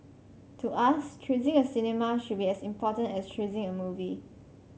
to us choosing a cinema should be as important as choosing a movie